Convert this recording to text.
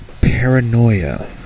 Paranoia